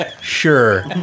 sure